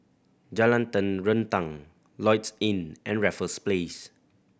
Jalan Terentang Lloyds Inn and Raffles Place